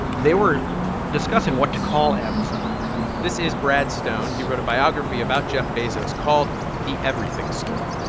they were discussing what to call amazon this is brad stone. he wrote a biography about jeff bezos called the everything store.